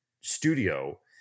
studio